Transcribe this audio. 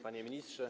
Panie Ministrze!